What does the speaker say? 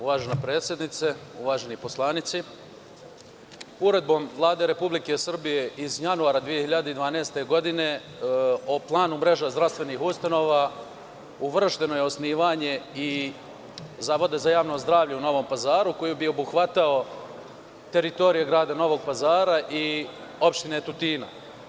Uvažena predsednice, uvaženi poslanici, uredbom Vlade Republike Srbije iz januara 2012. godine o planu mreža zdravstvenih ustanova uvršteno je osnivanje i Zavoda za javno zdravlje u Novom Pazaru koji bi obuhvatao teritorije grada Novog Pazara i opštine Tutina.